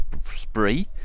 Spree